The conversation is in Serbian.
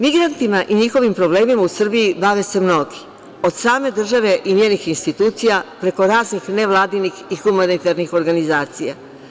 Migrantima i njihovim problemima u Srbiji bave se mnogi, od same države i njenih institucija preko raznih nevladinih i humanitarnih organizacija.